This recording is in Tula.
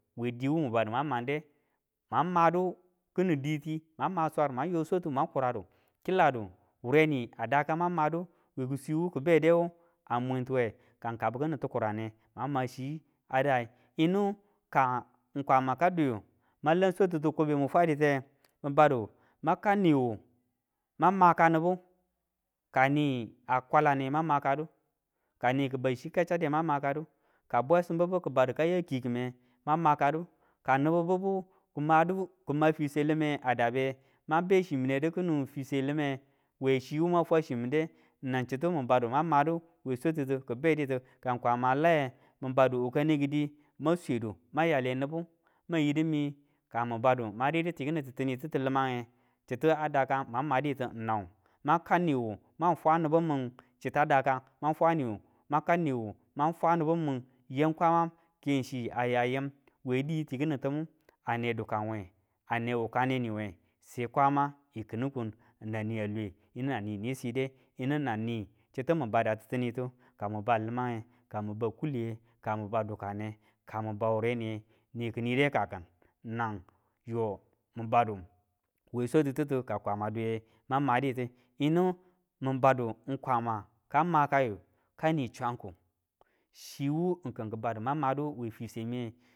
We diwu mun badu mwan mande mwan madu kini diti mwan ma swar mwan yo swatu mwan kuradu kiladu wureni a dakan mang maduwe kiswiwu kibedewu amwintuwe kang kabi kini tukukurane mwan ma chi a dai, yinu ka kwama ka duyi malang swatu kubi mun fwadite mi badu ma kau niwu ma makanibu, kani a kwalanne, mang makadu, kani ki bau chika chade mang makadu, ka bwesin bibu ki badu kaya kikume mang makadu, ka nibu bibu madu kima fiswe lima a dabe man be chimi nedu kini fwe lime we chiwu mang fwa chiminde nang chitumin badu mang made we swatitu ki be ditu ka kwama laiye min badu wakane kidi mang swedu mang yale nibu mang yidi mi ka mu badu mwan ridu tikini titimitu limange chita dakan mang maditu n nau, mang kau niwu mang fwa nibu min chita dakan mang fwa ma kau niwu mang fwa nibu min yan kwaman ken chi a ya ayim we di tikini timi a ne dukanwe, a ne wukane niwe se kwama kinu kun nan niya lwe yinu nanni ni side yinu nanni chitu mu bada titinitu ka mun ban limange ka mu ban kuliye, ka mu ban dukane, kamu ban wureniye niku nide ka kin nan yo mun badu we swatititu ka kwama duiye, mang maditu. Yinu mu badu ng kwama ka ma kaiyu kani swangki chiwu ng kin ki badu man madu we fiswe miye.